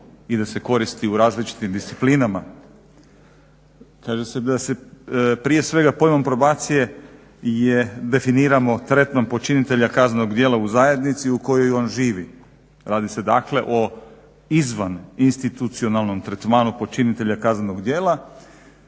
i da se koristi u različitim disciplinama. Kaže se da se prije svega pojmom probacije definiramo tretman počinitelja kaznenog djela u zajednici u kojoj on živi. Radi se dakle o izvaninstitucionalnom tretmanu počinitelja kaznenog djela